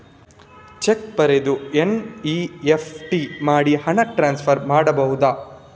Check ಬರೆದು NEFT ಮಾಡಿ ಹಣ ಟ್ರಾನ್ಸ್ಫರ್ ಮಾಡಬಹುದು?